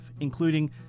including